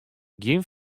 gjin